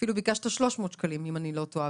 אפילו ביקשת 300 שקלים אם אני לא טועה,